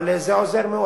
אבל זה עוזר מאוד.